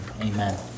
amen